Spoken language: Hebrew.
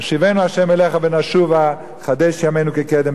"השיבנו ה' אליך ונשוב חדש ימינו כקדם".